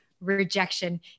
rejection